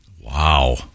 Wow